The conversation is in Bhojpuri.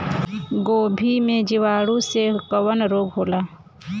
गोभी में जीवाणु से कवन रोग होला?